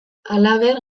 halaber